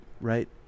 right